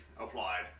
applied